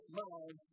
mind